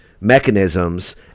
mechanisms